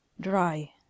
dry